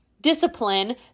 discipline